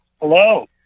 Hello